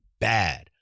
bad